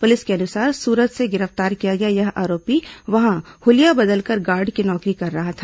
police के अनुसार सूरत से गिरफ्तार किया गया यह आरोपी वहां हुलिया बदलकर गार्ड की नौकरी कर रहा था